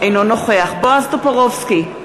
אינו נוכח בועז טופורובסקי,